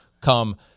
come